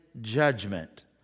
judgment